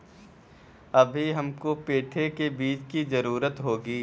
अभी हमको पेठे के बीज की जरूरत होगी